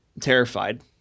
terrified